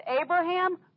Abraham